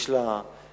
יש לה הישגים